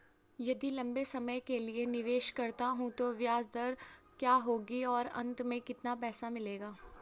यदि लंबे समय के लिए निवेश करता हूँ तो ब्याज दर क्या होगी और अंत में कितना पैसा मिलेगा?